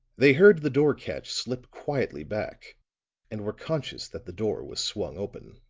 they heard the door-catch slip quietly back and were conscious that the door was swung open